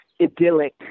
idyllic